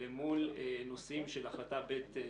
למול נושאים של החלטה ב/302.